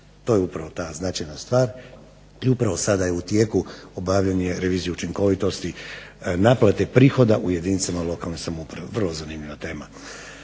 To je upravo ta značajna stvar i upravo sada je u tijeku obavljanje revizije učinkovitosti naplate prihoda u jedinicama lokalne samouprave. Vrlo zanimljiva tema.